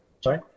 Sorry